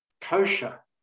kosher